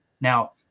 Now